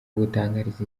gutangariza